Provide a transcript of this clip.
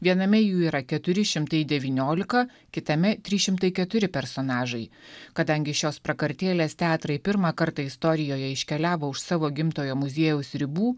viename jų yra keturi šimtai devyniolika kitame trys šimtai keturi personažai kadangi šios prakartėlės teatrai pirmą kartą istorijoje iškeliavo už savo gimtojo muziejaus ribų